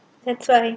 that's very